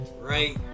Right